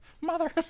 mother